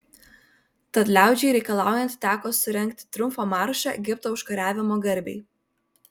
tad liaudžiai reikalaujant teko surengti triumfo maršą egipto užkariavimo garbei